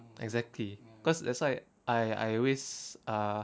exactly cause that's why I I always ah